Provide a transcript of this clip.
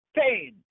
pain